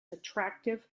attractive